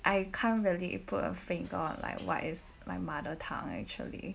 I can't really put a finger on like what is my mother tongue actually